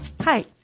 Hi